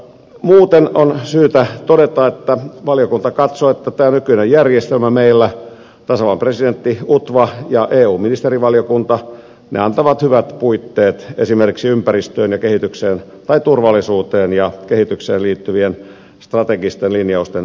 muuten on syytä todeta että valiokunta katsoo että tämä nykyinen järjestelmä meillä tasavallan presidentti utva ja eu ministerivaliokunta antaa hyvät puitteet esimerkiksi ympäristöön ja kehitykseen tai turvallisuuteen ja kehitykseen liittyvien strategisten linjausten tekemiseen